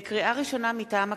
לקריאה ראשונה, מטעם הכנסת: